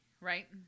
right